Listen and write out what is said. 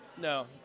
No